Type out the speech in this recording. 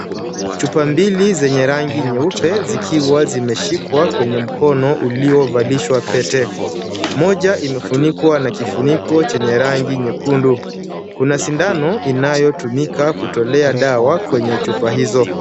Chupa mbili zenye rangi nyeupe zikiwa zimeshikwa kwenye mkono uliovalishwa pete. Moja imefunikwa na kifuniko chenye rangi nyekundu. Kuna sindano inayotumika kutolea dawa kwenye chupa hizo.